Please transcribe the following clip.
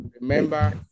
Remember